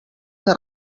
que